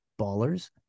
Ballers